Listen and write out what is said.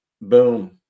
boom